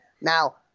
Now